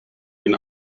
den